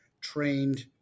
trained